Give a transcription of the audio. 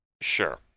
Sure